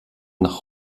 nach